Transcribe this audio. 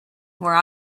where